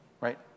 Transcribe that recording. right